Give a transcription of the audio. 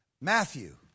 Matthew